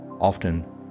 often